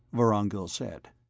vorongil said,